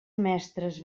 mestres